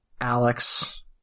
alex